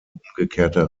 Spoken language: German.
umgekehrter